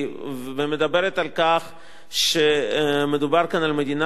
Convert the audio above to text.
ומדברת על כך שמדובר כאן על מדינה שהוקמה